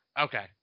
Okay